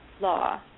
law